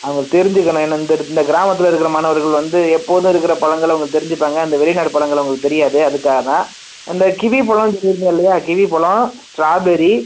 அவங்க தெரிஞ்சுக்கணும் ஏனால் இந்த இந்த கிராமத்தில் இருக்கிற மாணவர்கள் வந்து எப்போதும் இருக்கிற பழங்களை அவங்க தெரிஞ்சுப்பாங்க இந்த வெளிநாட்டு பழங்கள் அவங்களுக்கு தெரியாது அதுக்காக தான் அந்த கிவி பழம்னு சொல்லியிருந்தேன் இல்லையா கிவி பழம் ஸ்டாபெர்ரி